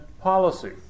policy